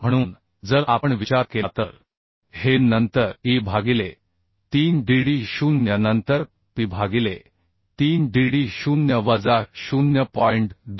म्हणून जर आपण विचार केला तर हे नंतर E भागिले 3dd0 नंतर P भागिले 3d d0 वजा 0